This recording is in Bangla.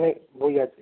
হুম বই আছে